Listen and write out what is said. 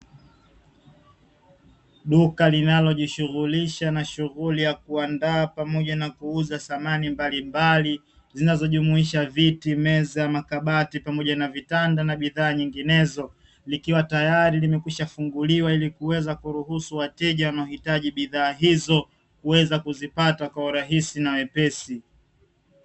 Duka linalojishughulisha na shughuli ya kuandaa pamoja na kuuza samani mbalimbali zinazojumuisha: viti, meza, makabati pamoja na vitanda na bidhaa nyinginezo likiwa tayari limekwisha funguliwa ili kuweza kuruhusu wateja wanaohitaji bidhaa hizo kuweza kuzipata kwa urahisi na wepesi.